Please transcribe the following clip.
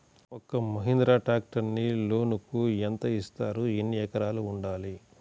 ఒక్క మహీంద్రా ట్రాక్టర్కి లోనును యెంత ఇస్తారు? ఎన్ని ఎకరాలు ఉండాలి?